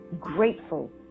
grateful